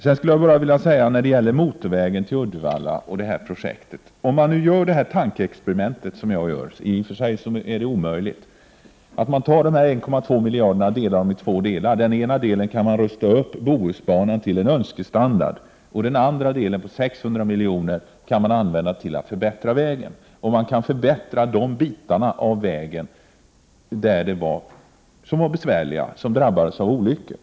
Om man gör det tankeexperiment som jag gör — i och för sig är det omöjligt — när det gäller motorvägen till Uddevalla och projektet att dela anslaget, 1,2 miljarder, i två delar, skulle man med den ena delen kunna rusta upp Bohusbanan till önskestandard och med den andra delen, 600 milj.kr., kunna förbättra vägen. Man kan förbättra de delar av vägen som drabbas av olyckor.